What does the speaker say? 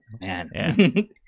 Man